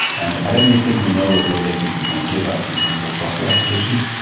and i don't think we know what low latency is going to give us in terms of software applications.